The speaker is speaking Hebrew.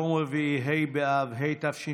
יום רביעי, ה' באב התשפ"א,